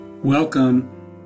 Welcome